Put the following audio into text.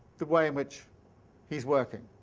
the way in which he's working.